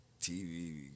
TV